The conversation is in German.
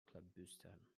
klabüstern